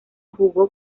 jugó